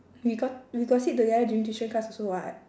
we got we got sit together during tuition class also [what]